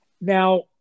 Now